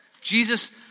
Jesus